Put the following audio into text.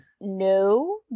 no